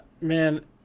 man